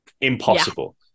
Impossible